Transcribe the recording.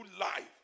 life